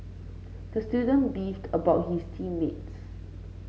the student beefed about his team mates